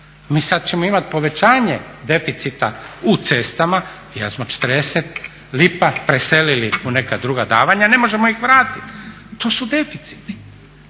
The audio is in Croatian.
Mi ćemo sada imati povećanje deficita u cestama jer smo 40 lipa preselili u neka druga davanja i ne možemo ih vratiti. To su deficiti,